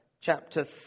chapter